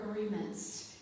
agreements